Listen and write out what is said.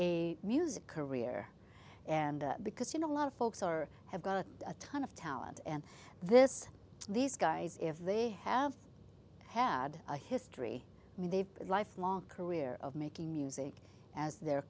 a music career and because you know a lot of folks are have got a ton of talent and this these guys if they have had a history i mean they've life long career of making music as their